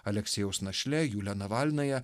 aleksiejaus našle julia navalnaja